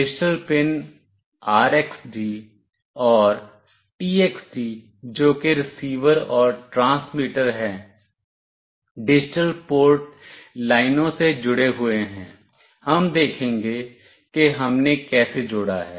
digital pin RXD और TXD जो कि रिसीवर और ट्रांसमीटर हैं डिजिटल पोर्ट लाइनों से जुड़े हुए हैं हम देखेंगे कि हमने कैसे जोड़ा है